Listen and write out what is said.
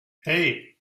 hey